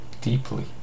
deeply